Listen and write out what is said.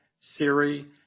Siri